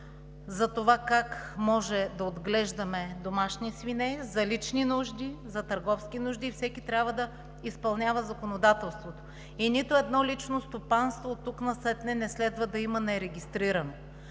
за това как може да отглеждаме домашни свине за лични нужди, за търговски нужди и всеки трябва да изпълнява законодателството, и оттук насетне не следва да има нерегистрирано